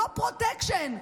לא פרוטקשן.